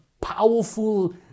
powerful